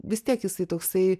vis tiek jisai toksai